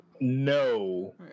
No